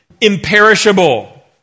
imperishable